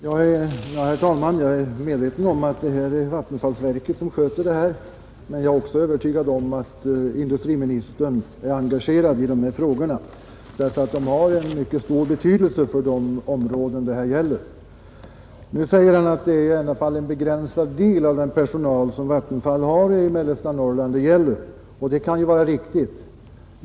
Herr talman! Jag är medveten om att det är Vattenfall som sköter dessa frågor, men jag är övertygad om att även industriministern är engagerad i dem. De har också mycket stor betydelse för de områden det rör sig om. Nu säger industriministern att här gäller det bara en begränsad del av den personal som Vattenfall har i mellersta Norrland. Det kan vara riktigt.